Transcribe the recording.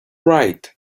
right